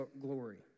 glory